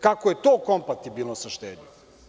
Kako je to kompatibilno sa štednjom?